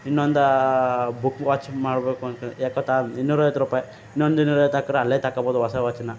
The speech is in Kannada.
ಇನ್ನೊಂದಾ ಬುಕ್ ವಾಚ್ ಮಾಡಬೇಕು ಅಂತೆ ಯಾಕೆ ಗೊತ್ತಾ ಇನ್ನೂರೈವತ್ತು ರುಪಾಯಿ ಇನ್ನೊಂದು ಇನ್ನೂರೈವತ್ತು ಹಾಕಿದ್ರೆ ಅಲ್ಲೆ ತಗೊಬೋದು ಹೊಸ ವಾಚನ್ನು